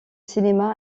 cinéma